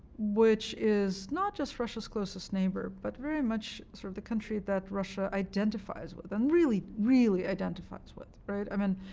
which is not just russia's closest neighbor but very much sort of the country that russia identifies with, and really, really identifies with, right i mean,